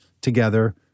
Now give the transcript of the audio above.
together